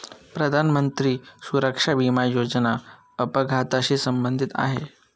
प्रधानमंत्री सुरक्षा विमा योजना अपघाताशी संबंधित आहे